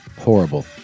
Horrible